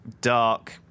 dark